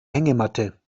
hängematte